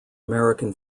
american